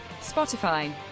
Spotify